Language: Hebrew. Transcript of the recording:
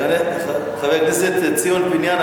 חבר הכנסת ציון פיניאן,